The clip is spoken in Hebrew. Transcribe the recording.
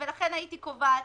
לכן הייתי קובעת: